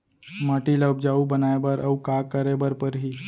माटी ल उपजाऊ बनाए बर अऊ का करे बर परही?